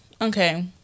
okay